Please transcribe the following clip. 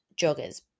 joggers